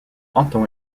anton